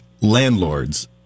landlords